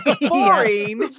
Boring